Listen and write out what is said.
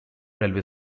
railway